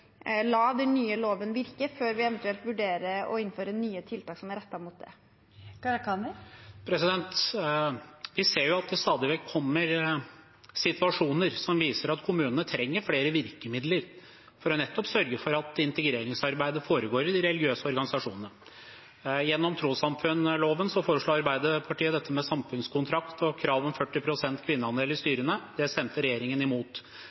la den nye loven virke før vi eventuelt vurderer å innføre nye tiltak rettet mot dette. Vi ser jo at det stadig vekk kommer situasjoner som viser at kommunene trenger flere virkemidler for nettopp å sørge for at integreringsarbeidet foregår i de religiøse organisasjonene. Gjennom trossamfunnsloven foreslo Arbeiderpartiet dette med samfunnskontrakt og krav om 40 pst. kvinneandel i styrene – det stemte regjeringen imot.